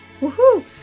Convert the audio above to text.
Woohoo